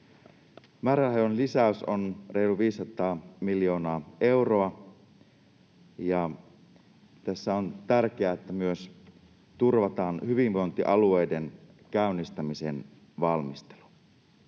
Määrärahojen lisäys on reilu 500 miljoonaa euroa. Tässä on tärkeää, että myös turvataan hyvinvointialueiden käynnistämisen valmistelu.